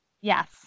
Yes